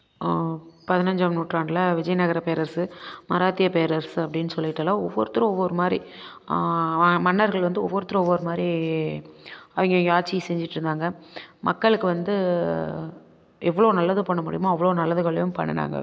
பதினஞ்சாம் நூற்றாண்டில் விஜயநகர பேரரசு மராத்திய பேரரசு அப்படின்னு சொல்லிட்டு எல்லாம் ஒவ்வொருத்தரும் ஒவ்வொரு மாதிரி மன்னர்கள் வந்து ஒவ்வொருத்தரும் ஒவ்வொரு மாதிரி அவிங்கவங்க ஆட்சி செஞ்சிட்டிருந்தாங்க மக்களுக்கு வந்து எவ்வளோ நல்லது பண்ண முடியுமோ அவ்வளோ நல்லதுகளையும் பண்ணுனாங்க